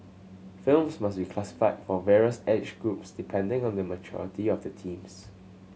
films must be classified for various age groups depending on the maturity of the themes